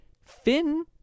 Finn